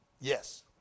Yes